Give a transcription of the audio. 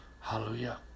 Hallelujah